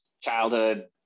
childhood